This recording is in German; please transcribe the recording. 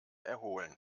erholen